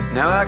Now